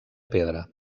pedra